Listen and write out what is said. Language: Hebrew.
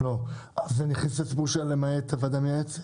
אז נכניס את הסיפור של למעט הוועדה המייעצת?